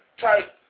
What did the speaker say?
type